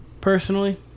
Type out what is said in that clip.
personally